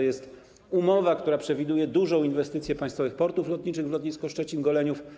Jest to umowa, która przewiduje dużą inwestycję państwowych „Portów Lotniczych” w lotnisko Szczecin-Goleniów.